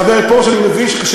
חבר הכנסת פרוש, בבקשה.